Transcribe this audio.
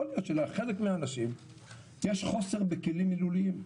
יכול להיות שלחלק מהאנשים יש חוסר בכלים מילוליים.